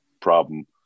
problem